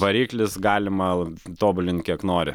variklis galima tobulint kiek nori